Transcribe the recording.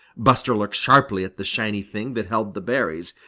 buster looked sharply at the shiny thing that held the berries.